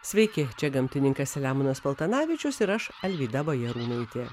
sveiki čia gamtininkas selemonas paltanavičius ir aš alvyda bajarūnaitė